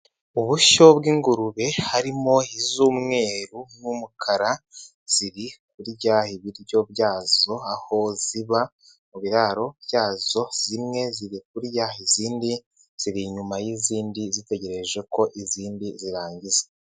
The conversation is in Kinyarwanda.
Ubushyo bw'ingurube harimo iz'umweru n'umukara, ziri kurya ibiryo byazo aho ziba mu biraro byazo, zimwe ziri kurya, izindi ziri inyuma y'izindi zitegereje ko izindi zirangiza.